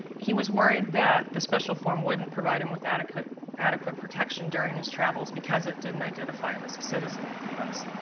he was worried that the special form wouldn't provide him with adequate adequate protection during his travels because it didn't identify him as a citizen of the u s.